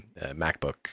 MacBook